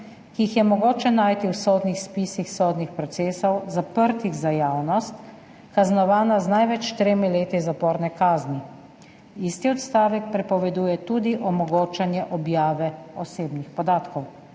ki jih je mogoče najti v sodnih spisih sodnih procesov, zaprtih za javnost, kaznovana z največ tremi leti zaporne kazni. Isti odstavek prepoveduje tudi omogočanje objave osebnih podatkov.